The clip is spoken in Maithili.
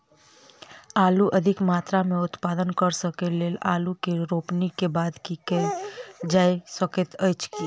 आलु अधिक मात्रा मे उत्पादन करऽ केँ लेल आलु केँ रोपनी केँ बाद की केँ कैल जाय सकैत अछि?